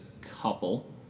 couple